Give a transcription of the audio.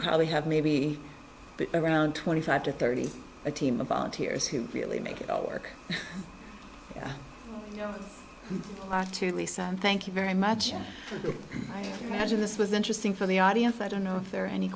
probably have maybe around twenty five to thirty a team of volunteers who really make it work you know to lisa thank you very much magine this was interesting for the audience i don't know if there are any